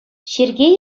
сергей